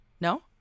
no